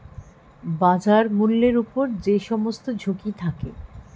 বাজার মূল্যের উপর যে সমস্ত ঝুঁকি থাকে